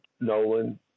Nolan